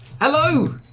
Hello